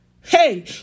hey